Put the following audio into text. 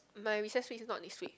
my recess week is not next week